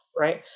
right